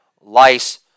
lice